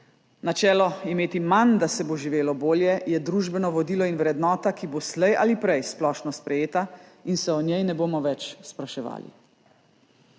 Načelo imeti manj, da se bo živelo bolje, je družbeno vodilo in vrednota, ki bo slej ali prej splošno sprejeta in se o njej ne bomo več spraševali.